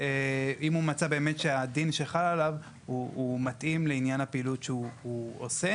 אם הוא מצא שהדין שחל עליו מתאים לעניין הפעילות שהוא עושה.